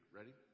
Ready